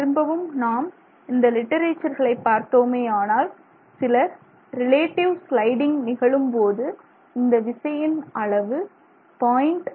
திரும்பவும் நாம் இந்த லிட்டரேச்சர்களை பார்த்தோமேயானால் சிலர் ரிலேட்டிவ் ஸ்லைடிங் நிகழும்போது இந்த விசையின் அளவு 0